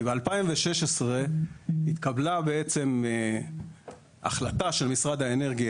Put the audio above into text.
ב-2016 התקבלה החלטה של משרד האנרגיה,